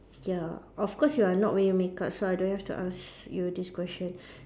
ya of course you are not wearing makeup so I don't have to ask you this question